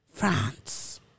France